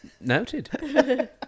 Noted